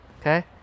Okay